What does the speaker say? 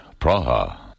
Praha